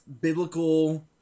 biblical